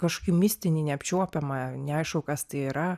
kažkokį mistinį neapčiuopiamą neaišku kas tai yra